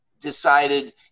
decided